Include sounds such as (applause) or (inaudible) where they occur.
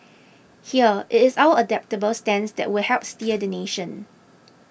here it is our adaptable stance that will help (noise) steer the nation